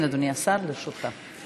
כן, אדוני השר, לרשותך.